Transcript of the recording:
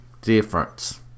difference